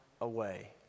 away